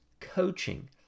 coaching